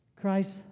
Christ